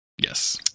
Yes